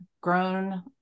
grown